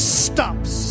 stops